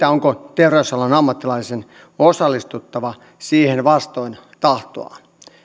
onko terveysalan ammattilaisen osallistuttava siihen vastoin tahtoaan